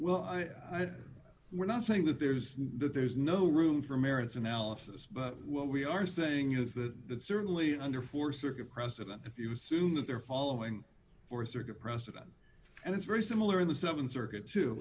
well we're not saying that there's there's no room for merits analysis but what we are saying is that certainly under four circuit precedent if you assume that they're following or circuit precedent and it's very similar in the th circuit to